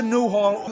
Newhall